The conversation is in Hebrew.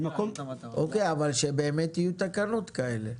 בסדר, אבל שבאמת יהיו תקנות כאלה.